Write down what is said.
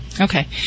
Okay